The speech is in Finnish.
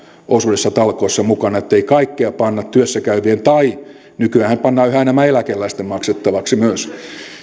osuudessa talkoissa mukana ettei kaikkea panna työssä käyvien maksettavaksi tai nykyäänhän pannaan yhä enemmän eläkeläisten maksettavaksi myös